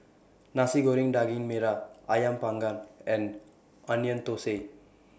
Nasi Goreng Daging Merah Ayam Panggang and Onion Thosai